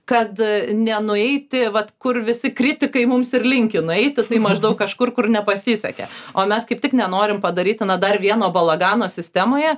kad nenueiti vat kur visi kritikai mums ir linki nueiti tai maždaug kažkur kur nepasisekė o mes kaip tik nenorim padaryti na dar vieno balagano sistemoje